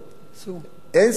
אין ספק.